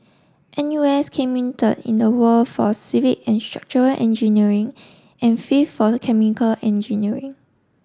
N U S came in third in the world for civil and structural engineering and fifth for the chemical engineering